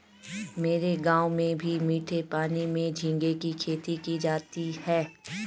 मेरे गांव में भी मीठे पानी में झींगे की खेती की जाती है